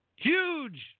Huge